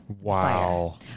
Wow